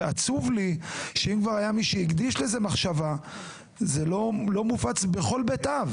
אבל עצוב לי שזה לא מופץ בכל בית אב.